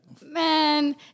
Man